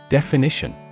Definition